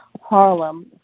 Harlem